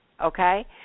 okay